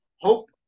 Hope